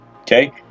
okay